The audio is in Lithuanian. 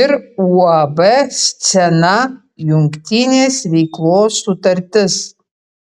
ir uab scena jungtinės veiklos sutartis